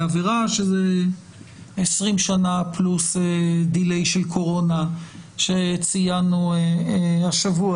עבירה שזה 20 שנה פלוס עיכוב של קורונה שציינו השבוע,